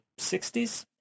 60s